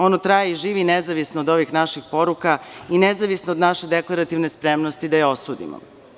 Ona traje i živi nezavisno od ovih naših poruka i nezavisno od naše deklarativne spremnosti da je osudimo.